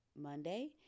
Monday